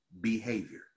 behavior